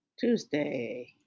Tuesday